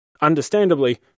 Understandably